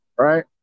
Right